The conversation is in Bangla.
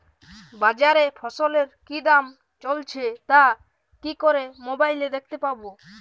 বাজারে ফসলের কি দাম চলছে তা কি করে মোবাইলে দেখতে পাবো?